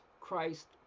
Christ